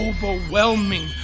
Overwhelming